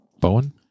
Bowen